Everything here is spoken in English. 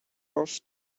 off